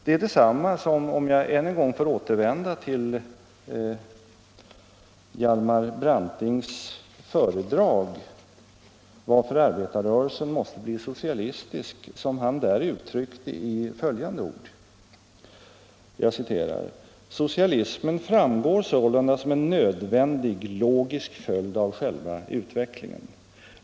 Det är detsamma som Hjalmar Branting — om jag får återvända till hans föredrag Varför arbetarrörelsen måste bli socialistisk — uttryckte i följande ord: ”Socialismen framgår sålunda som en nödvändig, logisk följd av själva utvecklingen.